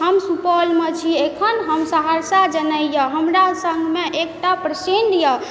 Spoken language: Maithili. हम सुपौलमे छी एखन हम सहरसा जेनाइ यऽ हमरा सङ्गमे एकटा परसेंट यऽ